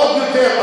עוד יותר.